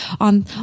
on